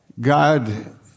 God